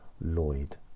Lloyd